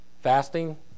fasting